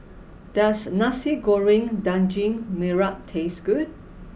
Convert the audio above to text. does Nasi Goreng Daging Merah taste good